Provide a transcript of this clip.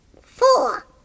Four